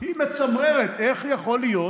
היא מצמררת, איך יכול להיות